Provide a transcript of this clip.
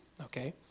okay